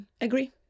agree